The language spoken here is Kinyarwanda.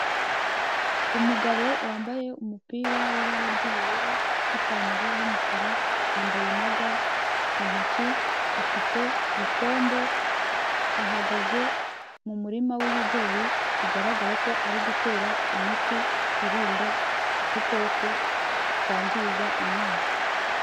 Umugabo wambaye umupira w'ibara ry'ubururu n'ipantaro y'umukara, yambaye na ga mu ntoki afite ipombo ahagaze mu murima w'ibigori bigaragara ko ari gutera imiti irinda udukoko twangiza imyaka.